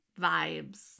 vibes